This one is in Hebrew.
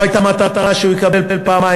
לא הייתה מטרה שהוא יקבל פעמיים,